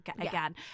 again